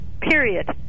period